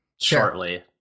shortly